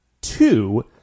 Two